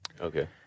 Okay